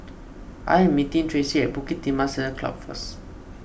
I am meeting Traci at Bukit Timah Saddle Club first